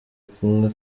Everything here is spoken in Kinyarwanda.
kumwe